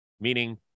meaning